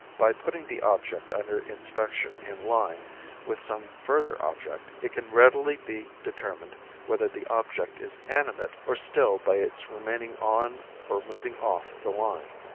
by putting the object under inspection in line with some further object, it can readily be determined whether the object is animate or still by its remaining on or moving off the line.